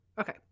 okay